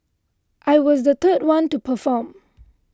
I was the third one to perform